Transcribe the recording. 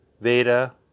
Veda